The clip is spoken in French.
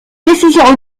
décision